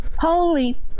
holy